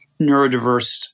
neurodiverse